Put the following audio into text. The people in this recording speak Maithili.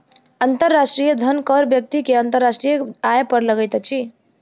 अंतर्राष्ट्रीय धन कर व्यक्ति के अंतर्राष्ट्रीय आय पर लगैत अछि